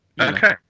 Okay